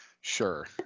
Sure